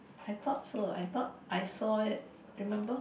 I thought I thought I saw it remember